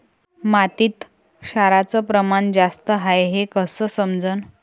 मातीत क्षाराचं प्रमान जास्त हाये हे कस समजन?